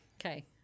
Okay